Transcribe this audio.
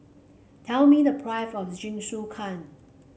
tell me the of Jingisukan